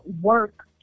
work